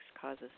causes